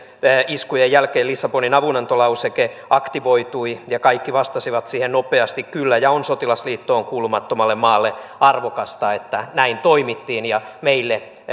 iskujen jälkeen lissabonin avunantolauseke aktivoitui ja kaikki vastasivat siihen nopeasti kyllä on sotilasliittoon kuulumattomalle maalle arvokasta että näin toimittiin ja meille